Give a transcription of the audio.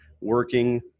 working